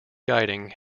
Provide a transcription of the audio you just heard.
guiding